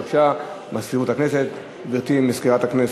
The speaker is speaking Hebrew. בבקשה, גברתי מזכירת הכנסת.